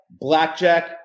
Blackjack